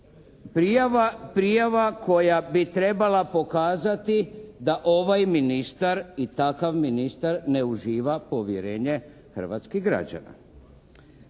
Prijava koja bi trebala pokazati da ovaj ministar i takav ministar ne uživa povjerenje hrvatskih građana.